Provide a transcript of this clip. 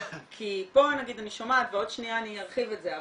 כי פה אני שומעת ועוד שניה ארחיב את זה,